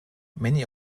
many